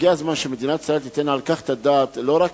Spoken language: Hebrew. הגיע הזמן שמדינת ישראל תיתן על כך את הדעת לא רק